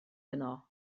yno